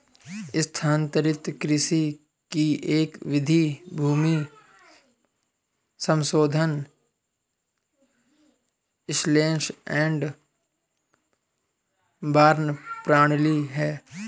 स्थानांतरित कृषि की एक विधि भूमि समाशोधन स्लैश एंड बर्न प्रणाली है